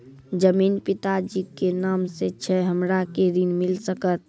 जमीन पिता जी के नाम से छै हमरा के ऋण मिल सकत?